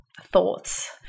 thoughts